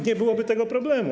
Nie byłoby tego problemu.